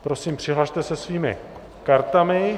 Prosím, přihlaste se svými kartami.